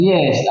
Yes